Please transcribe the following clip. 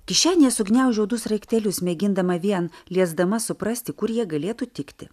kišenėje sugniaužiau du sraigtelius mėgindama vien liesdama suprasti kur jie galėtų tikti